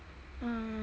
uh